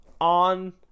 on